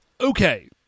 Okay